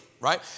right